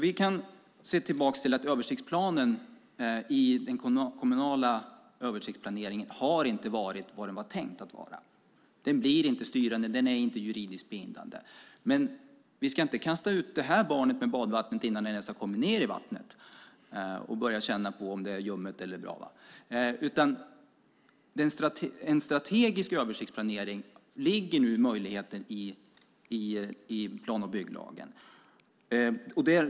Vi kan se tillbaka på att översiktsplanen i den kommunala översiktsplaneringen inte har varit vad den var tänkt att vara. Den blir inte styrande, och den är inte juridiskt bindande. Vi ska inte kasta ut det här barnet med badvattnet innan det ens har kommit ned i vattnet och börjat känna om det är ljumt eller bra. I plan och bygglagen ligger nu en möjlighet till en strategisk översiktsplanering.